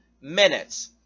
minutes